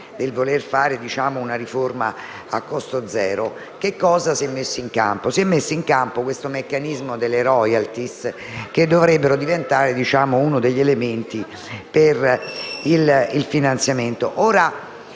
di fare una riforma a costo zero. Che cosa si è messo in campo? Si è messo in campo questo meccanismo delle royalty che dovrebbe diventare uno degli elementi per il finanziamento.